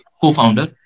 co-founder